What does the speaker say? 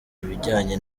bijyanye